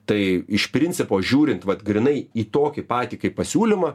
tai iš principo žiūrint vat grynai į tokį patį kaip pasiūlymą